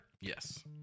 yes